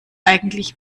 eigentlich